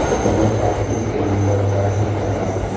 मोर passbook के number का ही साहब?